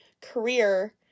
career